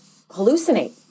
hallucinate